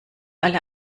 alle